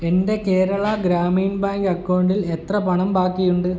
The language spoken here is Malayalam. എൻ്റെ കേരള ഗ്രാമീൺ ബാങ്ക് അക്കൗണ്ടിൽ എത്ര പണം ബാക്കിയുണ്ട്